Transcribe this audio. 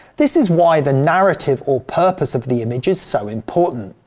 this is why the narrative or purpose of the image is so important.